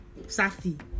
Safi